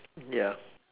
ya